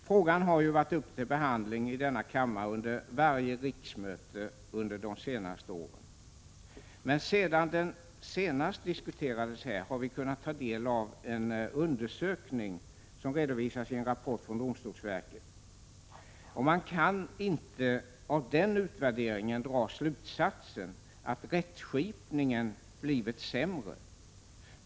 Frågan har varit uppe till behandling i denna kammare vid varje riksmöte under de senaste åren. Sedan den senast diskuterades här har vi kunnat ta del av en undersökning som redovisas i en rapport från domstolsverket. Man kan inte av den utvärderingen dra slutsatsen att rättsskipningen blivit sämre.